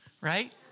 right